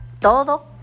todo